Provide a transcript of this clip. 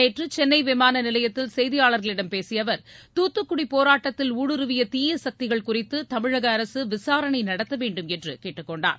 நேற்று சென்னை விமான நிலையத்தில் செய்தியாளர்களிடம் பேசிய அவர் தூத்துக்குடி போராட்டத்தில் ஊடுருவிய தீய சக்திகள் குறித்து தமிழக அரசு விசாரணை நடத்தவேண்டும் என்று கேட்டுக்கொண்டார்